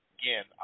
again